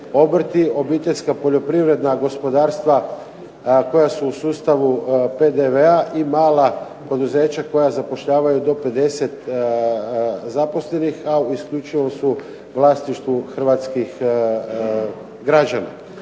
obiteljska poljoprivredna gospodarstva koja su u sustavu PDV-a i mala poduzeća koja zapošljavaju do 50 zaposlenih, a isključivo su u vlasništvu hrvatskih građana.